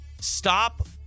stop